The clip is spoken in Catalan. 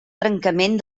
trencament